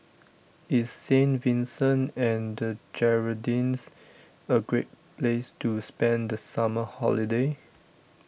is Saint Vincent and the Grenadines a great place to spend the summer holiday